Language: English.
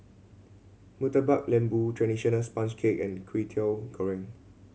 Murtabak Lembu traditional sponge cake and Kwetiau Goreng